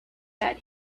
that